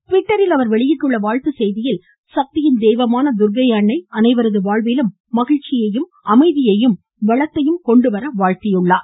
ட்விட்டரில் அவர் வெளியிட்டுள்ள வாழ்த்து செய்தியில் சக்தியின் தெய்வமான அன்னை அனைவரது வாழ்விலும் மகிழ்ச்சியையும் அமைதியையும் தர்க்கை வளத்தையும் கொண்டு வர வாழ்த்தியுள்ளார்